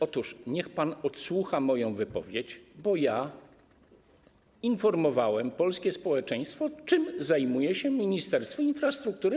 Otóż niech pan odsłucha moją wypowiedź, bo ja informowałem polskie społeczeństwo, czym zajmuje się Ministerstwo Infrastruktury.